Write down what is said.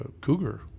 cougar